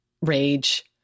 rage